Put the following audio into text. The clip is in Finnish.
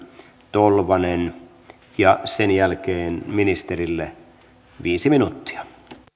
tolvanen ja sen jälkeen ministerille viisi minuuttia